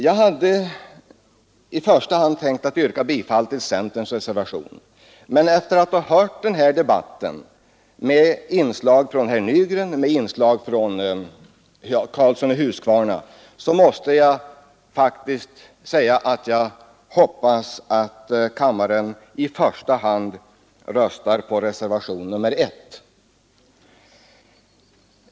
Jag hade i första hand tänkt yrka bifall till centerns reservation, men efter att ha hört den här debatten med inlägg av herr Nygren och herr Karlsson i Huskvarna hoppas jag faktiskt att kammaren i första hand röstar på reservationen 1.